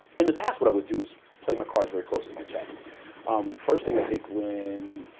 in the past what i would do is play my cards very close to my chest. the first thing i think when,